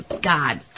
god